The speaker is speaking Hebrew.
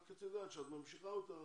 רק, את יודעת, כשאת ממשיכה אותה